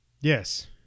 Yes